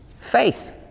Faith